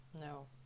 No